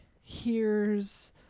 hears